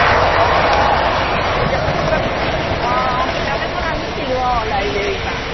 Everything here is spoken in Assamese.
অঁ অঁ কিতাপখন নি অঁ কিতাপ এখন আনিছিলো অঁ লাইব্ৰেৰীৰ পৰা